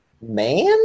man